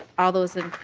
all those in